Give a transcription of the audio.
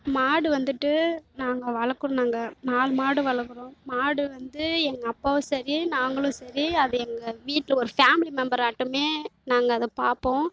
மாடு வந்துட்டு நாங்கள் வளர்க்குறோம் நாங்கள் நாலு மாடு வளர்க்குறோம் மாடு வந்து எங்கள் அப்பாவும் சரி நாங்களும் சரி அது எங்கள் வீட்டில் ஒரு ஃபேமிலி மெம்பர் ஆட்டமே நாங்கள் அதை பார்ப்போம்